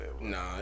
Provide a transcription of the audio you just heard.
Nah